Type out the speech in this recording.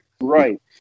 Right